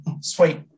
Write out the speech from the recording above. sweet